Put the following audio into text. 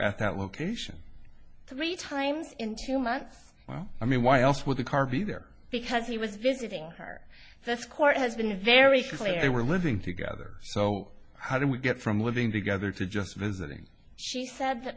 at that location three times in two months well i mean why else would the car be there because he was visiting her this court has been very friendly they were living together so how do we get from living together to just visiting she said that